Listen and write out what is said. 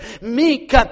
meek